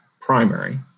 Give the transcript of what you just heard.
primary